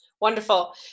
wonderful